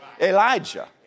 Elijah